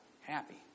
happy